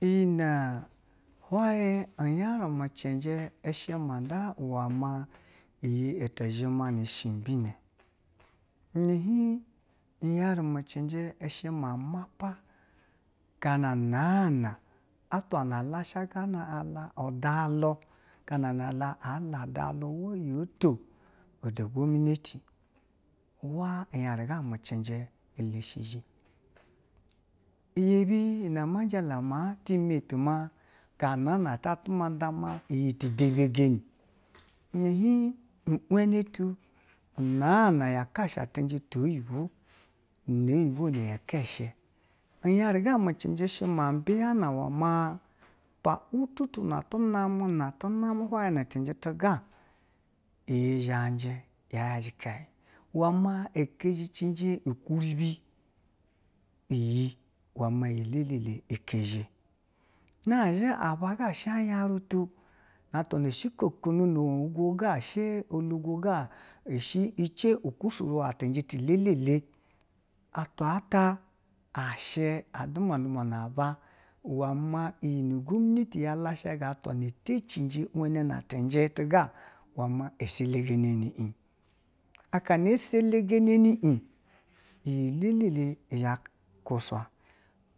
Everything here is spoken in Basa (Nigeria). Iyi na hwayi uyari mwu cenje i shi ata shi iwe ma iyi itizhe me shi ibi na, ina hin uyari mwu cenje shi ma mapa ganana atwa na a lashigana un udalu ganana a lala utul waa yete uda gwominati, wa uyari gamwu cenje le shiji, iyebi ama jalama hin mepi ma nganana atizh ta nda ma ti tebegeni, ina hiin ɛwen tu na na kasha cenje te oyibwo, ina oyibwo na ɛkashe, iyari ga me cenje shi ma mbiyana iwe ma pal wu twa tu na tu name hwayi ga, iyi zhaji, yaji ikenyen iwe ma ɛ ke zinji je ukuribi iyi iwe ma yi ɛlɛlɛ kezhe na zhi abaga shi yarimutu na atwa na shikokono na wugo go shi okusirawa cenje ɛlɛlɛ atwa ata shi a udumwa na ba, iwe ma iyi na ogwominati ya la shiga iyi na tetije iwe na na cenje tu ga iselegeneni un, iselegene ni un, iyi ɛlɛlɛ zha kushwe.